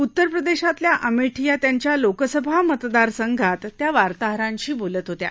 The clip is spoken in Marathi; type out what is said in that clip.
उत्तरप्रदेशातल्या अमेठी या त्यांच्या लोकसभा मतदारसंघात त्या वार्ताहरांशी बोलत होत्या